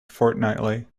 fortnightly